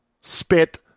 spit